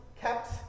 kept